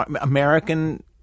American –